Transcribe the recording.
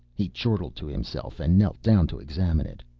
he chortled to himself, and knelt down to examine it.